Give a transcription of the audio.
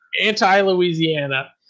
anti-Louisiana